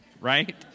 right